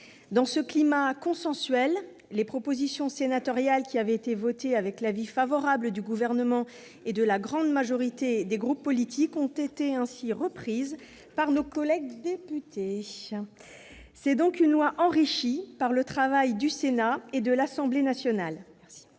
Dans un climat consensuel, les propositions sénatoriales qui avaient été votées avec l'avis favorable du Gouvernement et de la grande majorité des groupes politiques ont ainsi été reprises par nos collègues députés. C'est donc une loi enrichie par le travail du Sénat et l'Assemblée nationale,